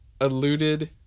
alluded